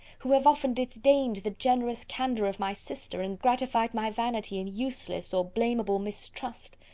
who have often disdained the generous candour of my sister, and gratified my vanity in useless or blameable mistrust!